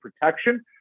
protection